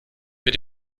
wird